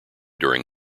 during